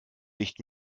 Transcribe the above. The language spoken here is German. nicht